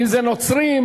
אם נוצרים,